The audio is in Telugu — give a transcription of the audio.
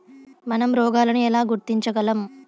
మనం రోగాలను ఎలా గుర్తించగలం?